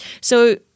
So-